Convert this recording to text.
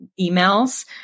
emails